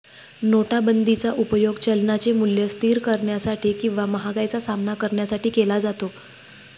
नोटाबंदीचा उपयोग चलनाचे मूल्य स्थिर करण्यासाठी किंवा महागाईचा सामना करण्यासाठी केला जातो